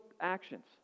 actions